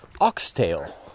oxtail